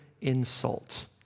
insult